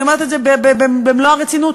אני אומרת את זה במלוא הרצינות,